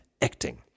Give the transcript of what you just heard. acting